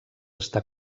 està